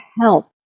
help